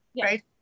Right